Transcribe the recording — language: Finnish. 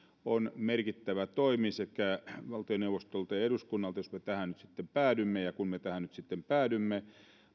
on merkittävä toimi sekä valtioneuvostolta että eduskunnalta jos me tähän nyt sitten päädymme ja kun me tähän nyt sitten päädymme